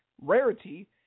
Rarity